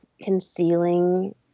concealing